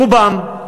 רובם.